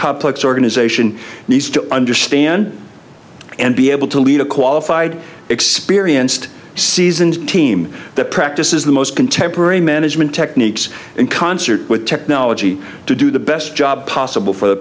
complex organization needs to understand and be able to lead a qualified experienced seasoned team that practices the most contemporary management techniques in concert with technology to do the best job possible for